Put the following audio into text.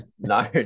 no